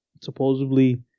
supposedly